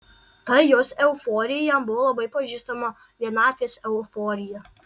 ta jos euforija jam buvo labai pažįstama vienatvės euforija